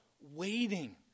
waiting